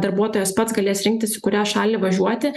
darbuotojas pats galės rinktis į kurią šalį važiuoti